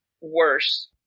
worse